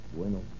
Bueno